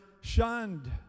shunned